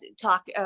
talk